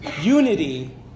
Unity